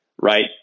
right